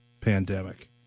pandemic